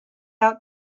out